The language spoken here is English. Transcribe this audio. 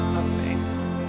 amazing